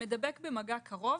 זה מדבק במגע קרוב,